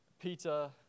Peter